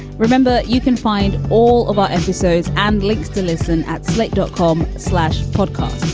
remember, you can find all of our episodes and links to listen at slate dot com slash podcast.